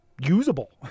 usable